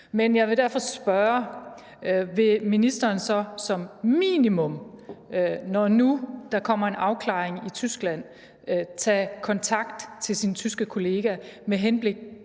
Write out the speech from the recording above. Men jeg vil derfor spørge: Vil ministeren så som minimum, når nu der kommer en afklaring i Tyskland, tage kontakt til sin tyske kollega med henblik